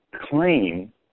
claim